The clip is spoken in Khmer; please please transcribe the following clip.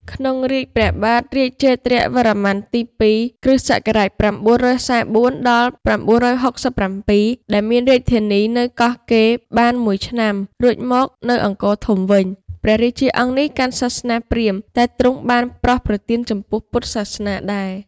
ក្នុងរាជ្យព្រះបាទរាជេន្ទ្រវរ្ម័នទី២ (គ.ស ៩៤៤-៩៦៧) ដែលមានរាជធានី នៅកោះកេរបានមួយឆ្នាំ រួចមកនៅអង្គរធំវិញ ព្រះរាជាអង្គនេះកាន់សាសនាព្រាហ្មណ៍ តែទ្រង់បានប្រោសប្រទានចំពោះព្រះពុទ្ធសាសនាដែរ ។